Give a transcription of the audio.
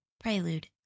Prelude